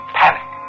panic